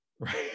right